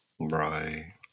Right